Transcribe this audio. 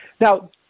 Now